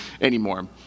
anymore